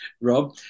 Rob